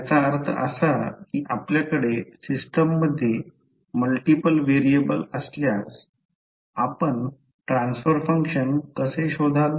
याचा अर्थ असा की आपल्याकडे सिस्टममध्ये मल्टिपल व्हेरिएबल असल्यास आपण ट्रान्सफर फंक्शन कसे शोधाल